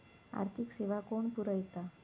आर्थिक सेवा कोण पुरयता?